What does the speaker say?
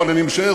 אבל אני משער,